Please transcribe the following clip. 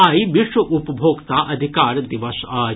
आइ विश्व उपभोक्ता अधिकार दिवसक अछि